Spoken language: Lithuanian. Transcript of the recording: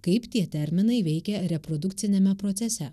kaip tie terminai veikia reprodukciniame procese